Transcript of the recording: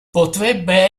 potrebbe